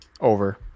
over